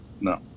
no